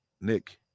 Nick